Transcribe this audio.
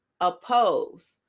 oppose